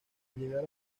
llegar